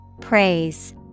Praise